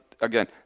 again